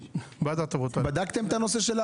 בואו נתגמל אותם בהפחתת המסים שלהם;